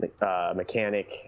mechanic